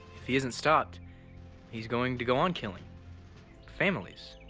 if he isn't stopped he's going to go on killing families.